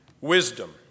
Wisdom